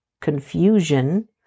confusion